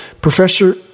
Professor